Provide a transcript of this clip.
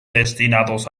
destinados